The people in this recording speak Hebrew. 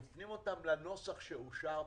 מפנים אותם לנוסח שאושר פה.